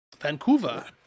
Vancouver